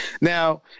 Now